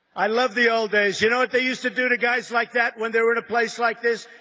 i love the old days. you know, what they used to do to guys like that when they were at a place like this?